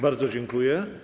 Bardzo dziękuję.